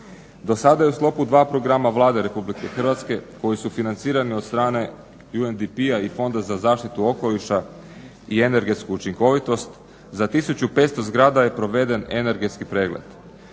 Dosada je u sklopu dva programa Vlade RH koji su financirani od strane UNDP-a i Fonda za zaštitu okoliša i energetsku učinkovitost za 1500 zgrada je proveden energetski pregled.